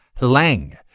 Lang